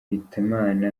hitimana